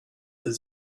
his